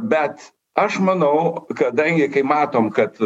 bet aš manau kadangi kai matom kad